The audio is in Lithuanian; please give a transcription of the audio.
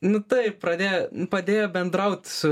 nu taip pradėjo padėjo bendraut